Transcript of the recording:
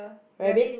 rabbit